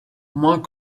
moins